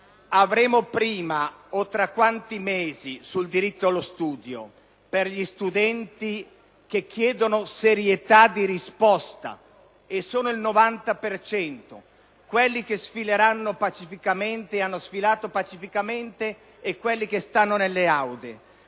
Avremo prima, o tra quanti mesi, in merito al diritto allo studio per gli studenti che chiedono serieta di risposta (sono il 90 per cento, quelli che sfileranno pacificamente e hanno giasfilato pacificamente e quelli che stanno nelle aule),